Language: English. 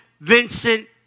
Vincent